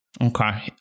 Okay